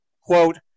Quote